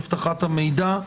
אבטחת המידע.